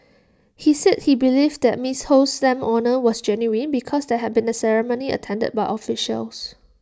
he said he believed that miss Ho's stamp honour was genuine because there had been A ceremony attended by officials